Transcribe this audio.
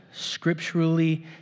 scripturally